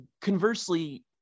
conversely